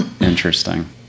Interesting